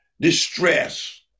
distress